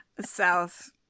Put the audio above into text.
South